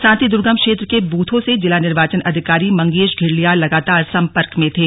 साथ ही दुर्गम क्षेत्र के बूथों से जिला निर्वाचन अधिकारी मंगेश घिल्डियाल लगातार संपर्क में थे